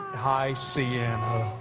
hi, sienna.